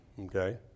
okay